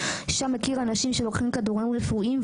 שם הכיר אנשים שלוקחים כדורים רפואיים,